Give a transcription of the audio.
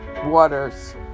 Waters